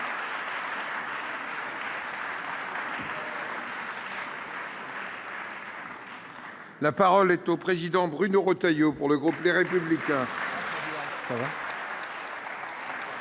La parole est à M. Bruno Retailleau, pour le groupe Les Républicains.